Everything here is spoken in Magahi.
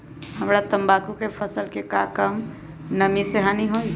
हमरा तंबाकू के फसल के का कम नमी से हानि होई?